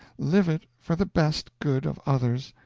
live it for the best good of others,